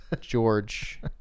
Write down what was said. George